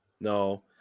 No